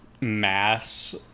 mass